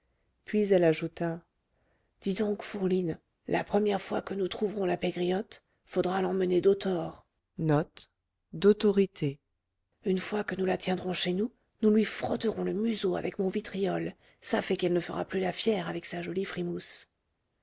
puis elle ajouta dis donc fourline la première fois que nous trouverons la pégriotte faudra l'emmener d'autor une fois que nous la tiendrons chez nous nous lui frotterons le museau avec mon vitriol ça fait qu'elle ne fera plus la fière avec sa jolie frimousse